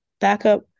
Backup